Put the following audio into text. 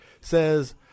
Says